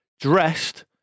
dressed